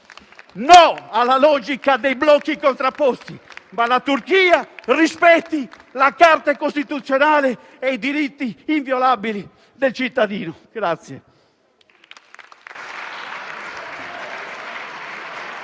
no alla logica dei blocchi contrapposti, ma la Turchia rispetti la Carta costituzionale e i diritti inviolabili del cittadino!